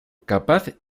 capaz